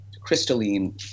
crystalline